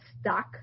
stuck